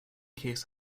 case